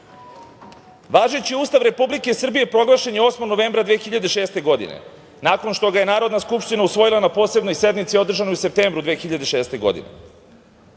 akt. Važeći Ustav Republike Srbije proglašen je 8. novembra 2006. godine, nakon što ga je Narodna skupština usvojila na Posebnoj sednici održanoj u septembru 2006. godine. Pre